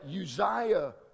Uzziah